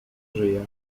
żyje